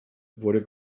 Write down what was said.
wurde